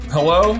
Hello